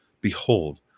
Behold